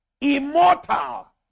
immortal